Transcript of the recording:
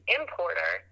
importer